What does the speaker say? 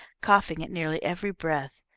coughing at nearly every breath.